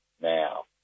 now